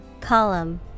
Column